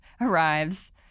arrives